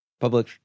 Public